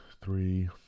three